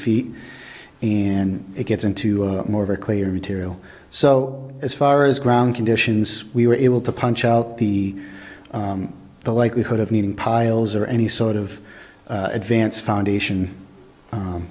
feet and it gets into more of a clear material so as far as ground conditions we were able to punch out the the likelihood of needing piles or any sort of advance foundation